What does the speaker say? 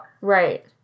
Right